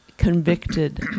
Convicted